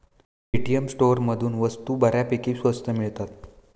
Paytm स्टोअरमधून वस्तू बऱ्यापैकी स्वस्त मिळतात